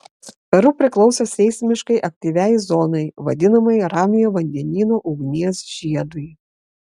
peru priklauso seismiškai aktyviai zonai vadinamai ramiojo vandenyno ugnies žiedui